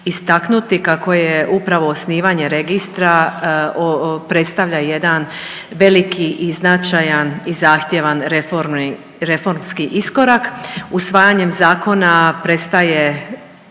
kako je upravo osnivanje registra o, predstavlja jedan veliki i značajan i zahtjevan .../nerazumljivo/... reformski iskorak. Usvajanjem zakona prestaje